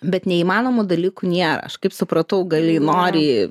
bet neįmanomų dalykų nėra aš kaip supratau gali nori